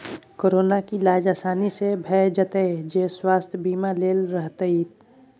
कोरोनाक इलाज आसानी सँ भए जेतियौ जँ स्वास्थय बीमा लेने रहतीह